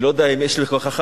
אני לא יודע אם יש לך הוכחה,